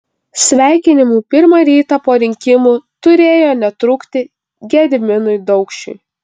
sveikinimų pirmą rytą po rinkimų turėjo netrūkti gediminui daukšiui